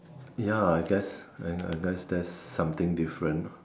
ya I guess I guess that's something different